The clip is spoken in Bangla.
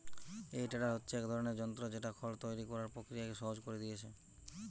এই টেডার হচ্ছে এক ধরনের যন্ত্র যেটা খড় তৈরি কোরার প্রক্রিয়াকে সহজ কোরে দিয়েছে